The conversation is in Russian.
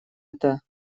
это